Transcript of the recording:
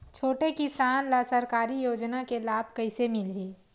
छोटे किसान ला सरकारी योजना के लाभ कइसे मिलही?